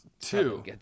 Two